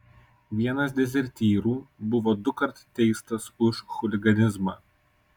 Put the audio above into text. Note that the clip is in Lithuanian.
vienas dezertyrų buvo dukart teistas už chuliganizmą